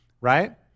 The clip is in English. right